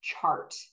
chart